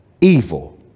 evil